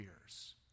years